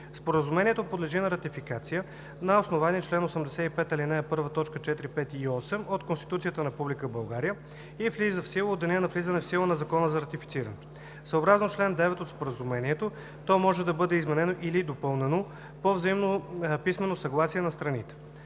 Споразумението подлежи на ратификация на основание чл. 85, ал. 1, т. 4, 5 и 8 от Конституцията на Република България и влиза в сила от деня на влизане в сила на Закона за ратифициране. Съобразно член 9 от Споразумението то може да бъде изменено или допълнено по взаимно писмено съгласие на страните.